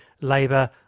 Labour